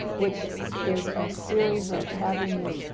which is a series of having you.